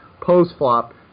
post-flop